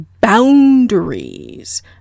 boundaries